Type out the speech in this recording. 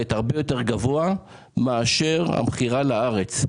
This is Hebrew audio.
במחיר הרבה יותר גבוה מאשר המכירה לארץ.